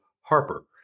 Harper